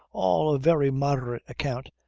all of very moderate account,